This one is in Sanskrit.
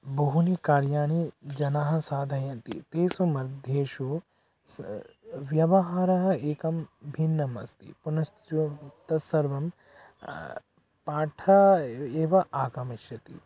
बहूनि कार्याणि जनाः साधयन्ति तेषु मध्येषु सः व्यवहारः एकं भिन्नम् अस्ति पुनश्च तत्सर्वं पाठः एव आगमिष्यति